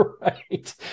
right